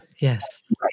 yes